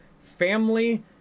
family